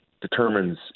determines